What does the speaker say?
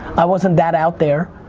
i wasn't that out there.